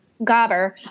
Gobber